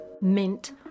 mint